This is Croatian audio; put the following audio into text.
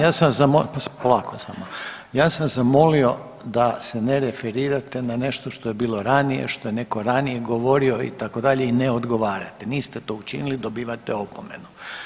Ja sam, ja sam, polako samo, ja sam zamolio da se ne referirate na nešto što je bilo ranije, što je netko ranije govorio itd., i ne odgovarate, niste to učinili dobivate opomenu.